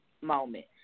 moment